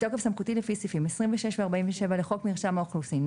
בתוקף סמכותי לפי סעיפים 26 ו-47 לחוק מרשם האוכלוסין,